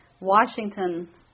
Washington